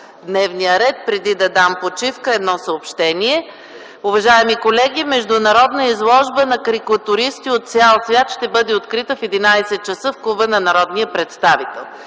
дневния ред. Преди да дам почивка, едно съобщение: уважаеми колеги, международна изложба на карикатуристи от цял свят ще бъде открита в 11,00 ч. в Клуба на народния представител.